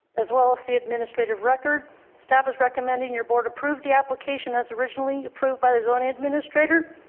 as well as the administrative record staff is recommending your board, approve the application as originally approved by the zoning administrator